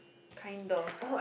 kind of